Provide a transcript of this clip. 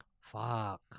fuck